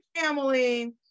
family